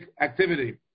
activity